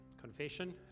confession